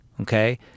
okay